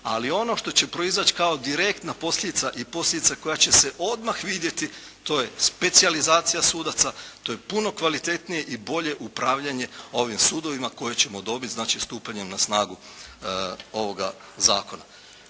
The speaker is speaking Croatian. Ali ono što će proizaći kao direktna posljedica i posljedica koja će se odmah vidjeti, to je specijalizacija sudaca, to je puno kvalitetnije i bolje upravljanje ovim sudovima koje ćemo dobiti znači stupanjem na snagu ovoga zakona.